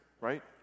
right